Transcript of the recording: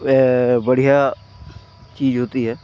बढ़ियाँ चीज़ होती है